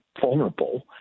vulnerable